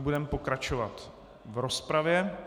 Budeme pokračovat v rozpravě.